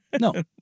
No